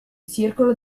circolo